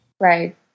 Right